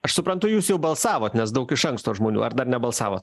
aš suprantu jūs jau balsavot nes daug iš anksto žmonių ar dar nebalsavot